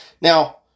Now